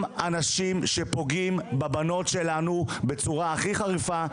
אנשים שפוגעים בבנות שלנו בצורה הכי חריפה,